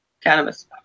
Cannabis